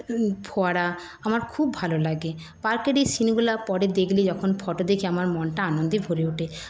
ফোয়ারা আমার খুব ভালো লাগে পার্কের এই সিনগুলা পরে দেখলে যখন ফটো দেখি আমার মনটা আনন্দে ভরে উঠে